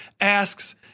asks